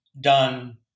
done